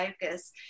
focus